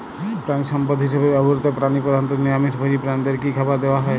প্রাণিসম্পদ হিসেবে ব্যবহৃত প্রাণী প্রধানত নিরামিষ ভোজী প্রাণীদের কী খাবার দেয়া হয়?